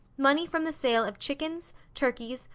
money from the sale of chickens, turkeys,